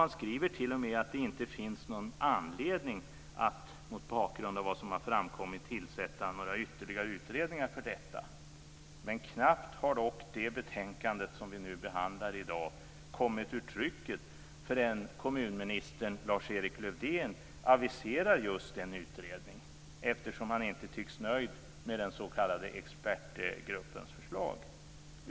Man skriver t.o.m. att det inte finns någon anledning att mot bakgrund av vad som har framkommit tillsätta några ytterligare utredningar för detta. Men knappt har dock det betänkande som vi nu behandlar i dag kommit ur trycket förrän kommunminister Lars-Erik Lövdén aviserar just en utredning eftersom han inte tycks vara nöjd med den s.k. expertgruppens förslag.